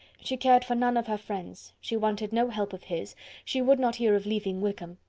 she cared for none of her friends she wanted no help of his she would not hear of leaving wickham.